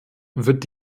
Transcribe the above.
wird